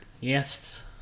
Yes